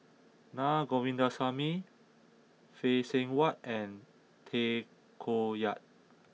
Na Govindasamy Phay Seng Whatt and Tay Koh Yat